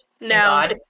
No